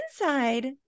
inside